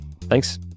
Thanks